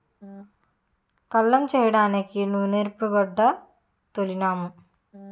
కల్లం చేయడానికి నూరూపుగొడ్డ తోలినాము